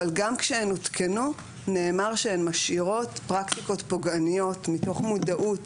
אבל גם כשהן הותקנו נאמר שהן משאירות פרקטיקות פוגעניות מתוך מודעות,